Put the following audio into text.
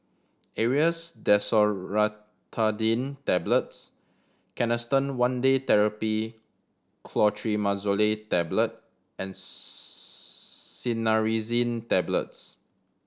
Aerius DesloratadineTablets Canesten One Day Therapy Clotrimazole Tablet and Cinnarizine Tablets